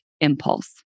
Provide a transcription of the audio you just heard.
impulse